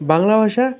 বাংলা ভাষা